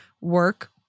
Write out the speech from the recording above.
work